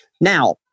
Now